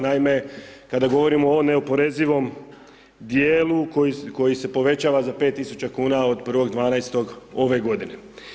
Naime, kada govorimo o neoporezivom dijelu koji se povećava za 5.000 kuna od 1.12. ove godine.